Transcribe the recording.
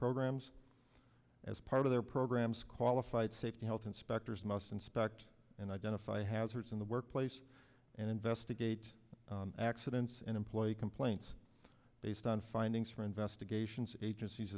programs as part of their programs qualified safety health inspectors must inspect and identify hazards in the workplace and investigate accidents and employee complaints based on findings from investigations agencies